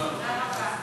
תודה רבה.